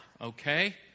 okay